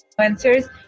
influencers